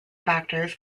factors